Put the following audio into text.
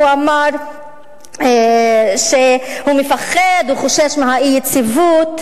הוא אמר שהוא מפחד, הוא חושש מהאי-יציבות.